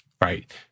right